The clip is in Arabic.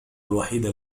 الوحيدة